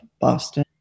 Boston